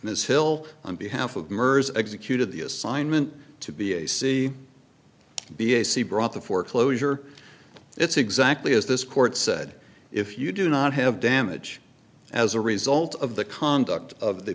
ms hill on behalf of mers executed the assignment to be a c b s c brought the foreclosure it's exactly as this court said if you do not have damage as a result of the conduct of the